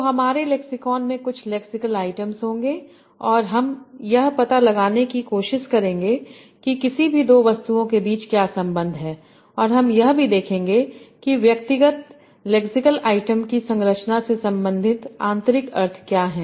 तो हमारे लेक्सिकॉन में कुछ लेक्सिकल आइटम होंगे औरहम यह पता लगाने की कोशिशकरेंगे कि किसी भी दो वस्तुओं के बीच क्या संबंध हैं और हम यह भी देखेंगे कि व्यक्तिगत लेक्सिकल आइटम की संरचना से संबंधित आंतरिक अर्थ क्या हैं